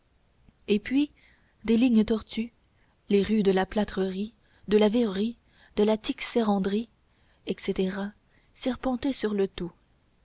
et puis des lignes tortues les rues de la plâtrerie de la verrerie de la tixeranderie etc serpentaient sur le tout